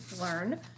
learn